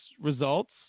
results